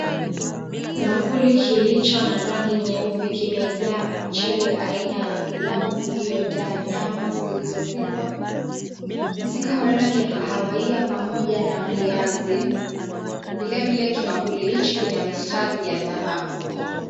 Kibakuli kilicho na rangi nyeupe kimejaa mchele aina ya pilau ulio jaa nyama zilizo pikwa zikawa rangi ya kahawaia pamoja na viazi . Vilevile kibakuli hichi kina mistari ya dhahabu.